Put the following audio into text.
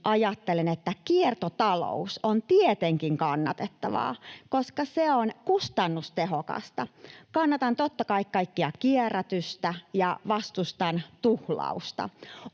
silti ajattelen, että kiertotalous on tietenkin kannatettavaa, koska se on kustannustehokasta. Kannatan, totta kai, kaikkea kierrätystä ja vastustan tuhlausta.